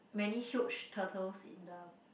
many huge turtles in the